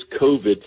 COVID